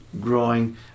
growing